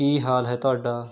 ਕੀ ਹਾਲ ਹੈ ਤੁਹਾਡਾ